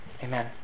Amen